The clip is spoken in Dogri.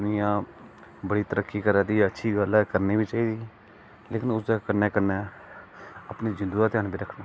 जियां बड़ी तरक्की करा दे अज्ज बड़ी अच्छी गल्ल ऐ करनी बी चाहिदी लेकिन उस दे कन्नै कन्नै अपनी जिंदू दा घ्यान बी रक्खना चाहिदा